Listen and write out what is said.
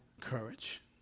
courage